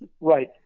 Right